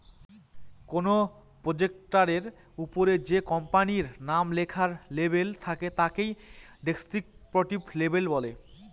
কোনো প্রোডাক্টের ওপরে যে কোম্পানির নাম লেখার লেবেল থাকে তাকে ডেস্ক্রিপটিভ লেবেল বলে